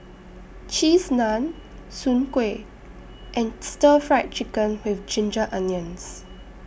Cheese Naan Soon Kway and Stir Fried Chicken with Ginger Onions